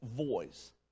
voice